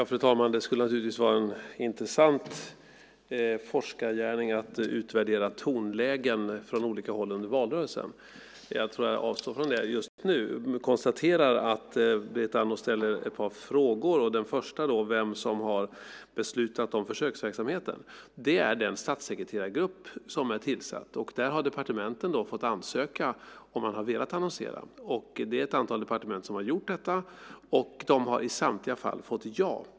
Fru talman! Det skulle naturligtvis vara en intressant forskargärning att utvärdera tonlägen från olika håll under valrörelsen. Jag tror att jag avstår från det just nu. Men jag konstaterar att Berit Andnor ställer ett par frågor. Den första är vem som har beslutat om försöksverksamheten. Det är den statssekreterargrupp som är tillsatt. Där har departementen fått ansöka om de har velat annonsera. Det är ett antal departement som har gjort detta, och de har i samtliga fall fått ja.